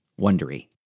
wondery